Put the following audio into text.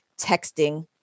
texting